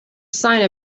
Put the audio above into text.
sign